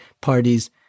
parties